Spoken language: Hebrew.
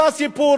זה הסיפור.